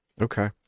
okay